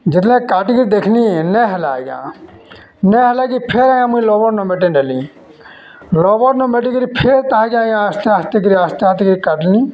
ଯେତେବେଲେ କାଟିକିରି ଦେଖ୍ଲି ନେଇ ହେଲା ଆଜ୍ଞା ନାଇ ହେଲା କି ଫେର୍ ଆଜ୍ଞା ମୁଇଁ ରବର୍ ନ ମେଟେଇ ନେଲି ରବର୍ ନେ ମିଟେଇ କିରି ଫେର୍ ତାହାକେ ଆଜ୍ଞା ଆସ୍ତେ ଆସ୍ତେ କିରି ଆସ୍ତେ ଆସ୍ତେ କିରି କାଟ୍ଲି